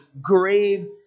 grave